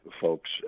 folks